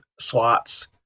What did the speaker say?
slots